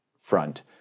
front